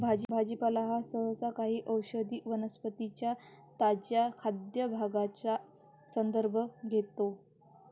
भाजीपाला हा सहसा काही औषधी वनस्पतीं च्या ताज्या खाद्य भागांचा संदर्भ घेतो